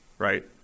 Right